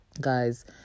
guys